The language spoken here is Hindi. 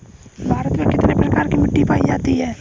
भारत में कितने प्रकार की मिट्टी पायी जाती है?